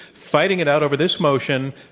fighting it out over this motion,